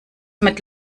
mit